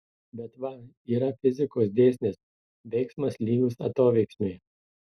bet va yra fizikos dėsnis veiksmas lygus atoveiksmiui